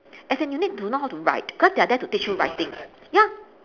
as in you need to know how to write because they are there to teach you writing ya